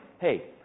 Hey